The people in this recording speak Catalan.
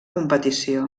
competició